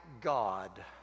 God